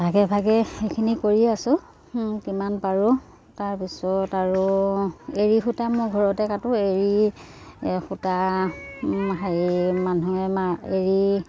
ভাগে ভাগে সেইখিনি কৰি আছোঁ কিমান পাৰোঁ তাৰপিছত আৰু এৰী সূতা মোৰ ঘৰতে কাটো এৰী সূতা হেৰি মানুহে মা এৰী